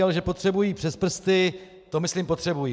Ale že potřebují přes prsty, to myslím potřebují.